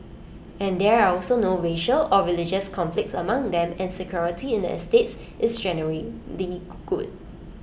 and there are also no racial and religious conflicts among them and security in the estates is generally good